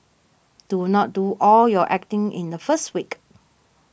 do not do all your acting in the first week